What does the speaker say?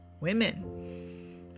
women